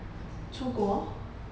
出国